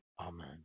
Amen